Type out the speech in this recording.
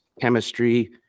chemistry